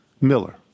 Miller